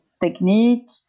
technique